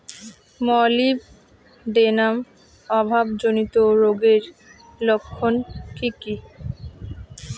Molybdenum অভাবজনিত রোগের লক্ষণ কি কি?